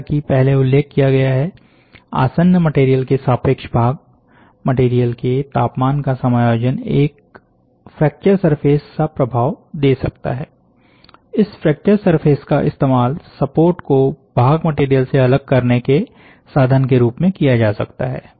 जैसा कि पहले उल्लेख किया गया है आसन्न मटेरियल के सापेक्ष भाग मटेरियल के तापमान का समायोजन एक फ्रैक्चर सरफेस सा प्रभाव दे सकता है इस फ्रैक्चर सरफेस का इस्तेमाल सपोर्ट को भाग मटेरियल से अलग करने के साधन के रूप में किया जा सकता है